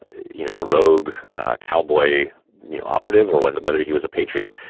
you know, a rogue cowboy you know operative or whether whether he was a patriot.